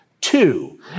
Two